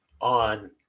on